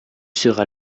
sera